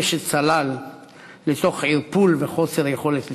שצלל לתוך ערפול וחוסר יכולת לתקשר.